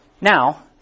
Now